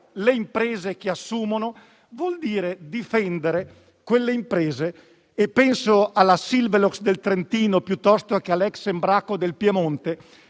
le imprese che assumono e difendere quelle imprese - penso alla Silvelox del Trentino-Alto Adige o all'ex Embraco del Piemonte